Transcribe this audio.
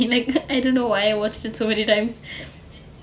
like I don't know why I watched it so many times